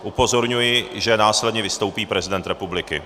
Upozorňuji, že následně vystoupí prezident republiky.